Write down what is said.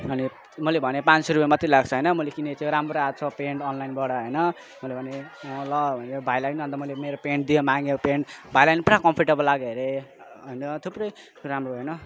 अनि मैले भने पाँच सौ रुपियाँ मात्रै लाग्छ होइन मैले किनेको थियो राम्रो आएको छ पेन्ट अनलाइनबाट होइन मैले भनेँ अँ ल भन्यो भाइलाई अन्त मैले मेरो पेन्ट दिएँ माग्यो पेन्ट भाइलाई पुरा कम्फोर्टेबल लाग्यो अरे अन्त थुप्रै राम्रो होइन